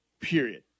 period